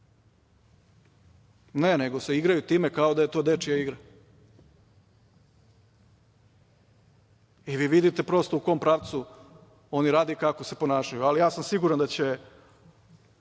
Ne, nego se igraju time kao da je to dečija igra. Vi vidite prosto u kom pravcu oni rade i kako se ponašaju, ali ja sam siguran da će